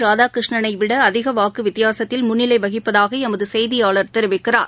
ராதாகிருஷ்ணனை விட அதிக வாக்கு வித்தியாசத்தில் முன்னிலை வகிப்பதாக எமது செய்தியாளர் தெரிவிக்கிறார்